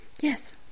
yes